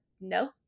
no